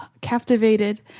captivated